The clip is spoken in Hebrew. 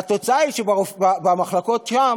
והתוצאה היא שבמחלקות שם